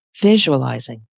visualizing